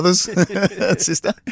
sister